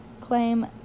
claim